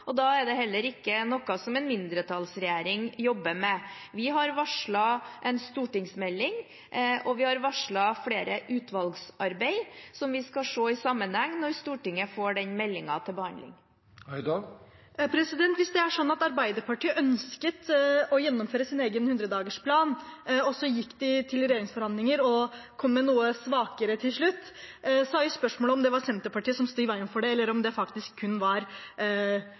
Da er det heller ikke noe en mindretallsregjering jobber med. Vi har varslet en stortingsmelding og flere utvalgsarbeid, som vi skal se i sammenheng når Stortinget får den meldingen til behandling. Hvis Arbeiderpartiet ønsket å gjennomføre sin egen 100-dagersplan, gikk til regjeringsforhandlinger og kom med noe svakere til slutt, er spørsmålet om det var Senterpartiet som sto i veien for det, eller om det kun var